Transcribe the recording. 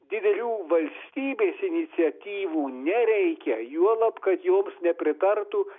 didelių valstybės iniciatyvų nereikia juolab kad joms nepritartų